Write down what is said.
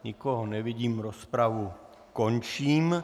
Nikoho nevidím, rozpravu končím.